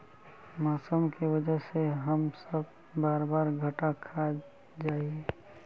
मौसम के वजह से हम सब बार बार घटा खा जाए हीये?